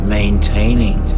maintaining